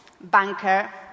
banker